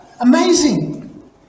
Amazing